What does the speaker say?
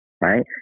right